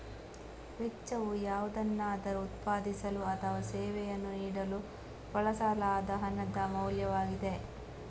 ವೆಚ್ಚವು ಯಾವುದನ್ನಾದರೂ ಉತ್ಪಾದಿಸಲು ಅಥವಾ ಸೇವೆಯನ್ನು ನೀಡಲು ಬಳಸಲಾದ ಹಣದ ಮೌಲ್ಯವಾಗಿದೆ